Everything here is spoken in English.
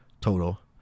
total